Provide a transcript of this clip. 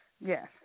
yes